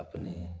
अपने